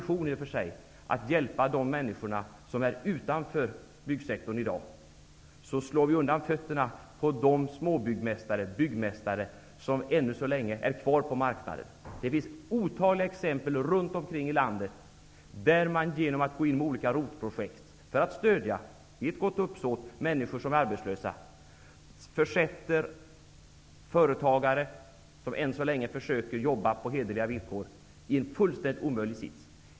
I vår iver att hjälpa de människor som i dag är utanför byggsektorn -- det är i och för sig en god ambition -- slår vi undan fötterna på de byggmästare som än så länge är kvar på marknaden. Det finns runt omkring i landet otaliga exempel på att man, genom att gå in med olika ROT-projekt för att i ett gott uppsåt stödja människor som är arbetslösa, försätter företagare, som än så länge försöker jobba på hederliga villkor, i en fullständigt omöjlig sits.